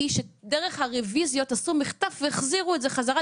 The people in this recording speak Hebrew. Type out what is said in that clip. שדרך הרוויזיות עשו מחטף והחזירו את זה חזרה,